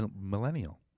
Millennial